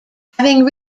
having